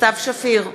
סתיו שפיר,